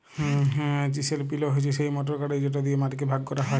chisel পিলও হছে সেই মটর গাড়ি যেট দিঁয়ে মাটিকে ভাগ ক্যরা হ্যয়